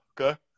okay